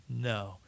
no